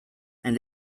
and